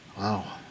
Wow